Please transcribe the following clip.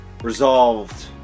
resolved